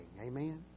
Amen